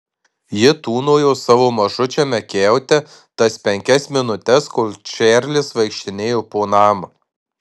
ji tūnojo savo mažučiame kiaute tas penkias minutes kol čarlis vaikštinėjo po namą